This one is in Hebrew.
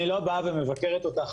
אני לא מבקרת אותך,